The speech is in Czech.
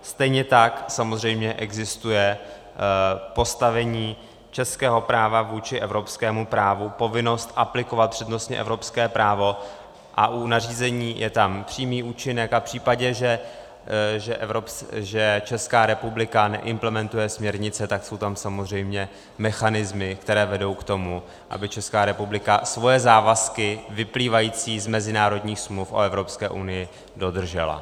Stejně tak samozřejmě existuje v postavení českého práva vůči evropskému právu povinnost aplikovat přednostně evropské právo a u nařízení je tam přímý účinek a v případě, že Česká republika neimplementuje směrnice, tak jsou tam samozřejmě mechanismy, které vedou k tomu, aby Česká republika svoje závazky vyplývající z mezinárodních smluv o Evropské unii dodržela.